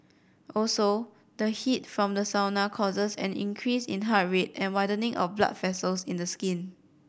also the heat from the sauna causes an increase in heart rate and widening of blood vessels in the skin